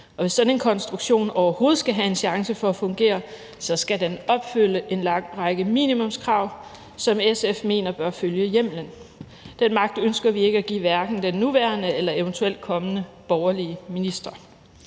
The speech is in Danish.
hvis sådan en konstruktion overhovedet skal have en chance for at fungere, skal den opfylde en lang række minimumskrav, som SF mener bør følge hjemmelen. Den magt ønsker vi hverken at give den nuværende minister eller den eventuelt kommende borgerlige minister.